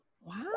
Wow